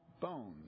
bones